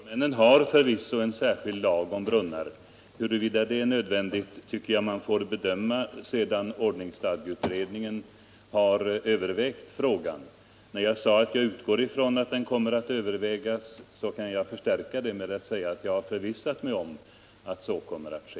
Herr talman! Norrmännen har förvisso en särskild lag om brunnar. Huruvida en sådan är nödvändig också i vårt land tycker jag man får bedöma sedan ordningsstadgeutredningen har övervägt frågan. Jag sade i svaret att jag utgår från att utredningen kommer att göra det, och ja, kan förstärka detta med att säga att jag har förvissat mig om att så kommer att ske.